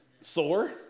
sore